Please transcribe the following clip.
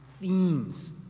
themes